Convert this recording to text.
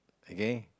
okay